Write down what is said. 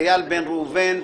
איל בן ראובן.